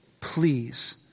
Please